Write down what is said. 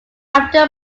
after